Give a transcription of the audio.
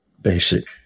BASIC